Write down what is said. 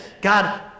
God